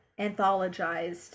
anthologized